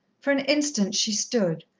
for an instant she stood,